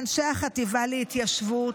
ראשית, לאנשי החטיבה להתיישבות,